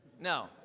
No